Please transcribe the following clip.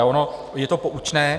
Ono je to poučné.